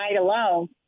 alone